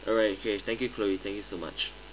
alright okay thank you chloe thank you so much